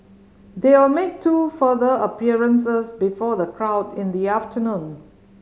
they will make two further appearances before the crowd in the afternoon